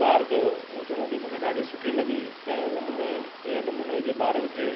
पार कयो उन चुनौती मूंखे ॾाढी सुठी लॻी तंहिं नमूने अहिड़े नमूने जीअं ॿारनि खे